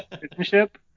citizenship